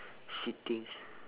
sitting